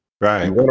Right